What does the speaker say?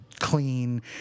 clean